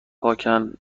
پاکن